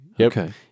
Okay